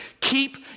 keep